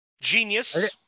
Genius